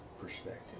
perspective